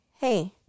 hey